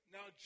Now